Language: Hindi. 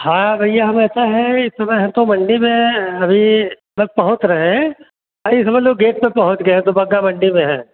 हाँ भैया अब ऐसा है इस समय हम तो मंडी में है अभी बस पहुँच रहे हैं अरे समझ लो गेट पर पहुँच गए है बग्गा मंडी में हैं